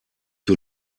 you